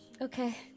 Okay